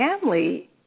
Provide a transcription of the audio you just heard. family